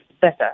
better